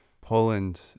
Poland